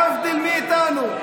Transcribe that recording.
להבדיל מאיתנו.